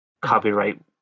copyright